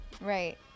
Right